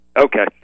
Okay